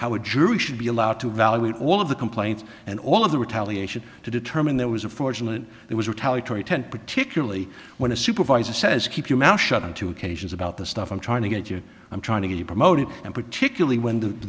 jury should be allowed to evaluate all of the complaints and all of the retaliation to determine that was unfortunate it was retaliatory ten particularly when a supervisor says keep your mouth shut on two occasions about the stuff i'm trying to get you i'm trying to get promoted and particularly when the